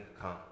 come